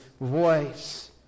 voice